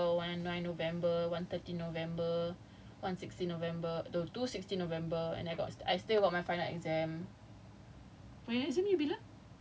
all different lah so one I got like twenty eight october one nine november one thirteen november one sixteen november no two sixteen november and I got I still got my final exam